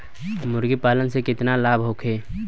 मुर्गीपालन से केतना लाभ होखे?